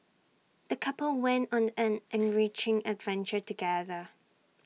the couple went on an ant enriching adventure together